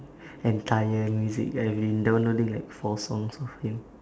entire music I've been downloading like four songs of him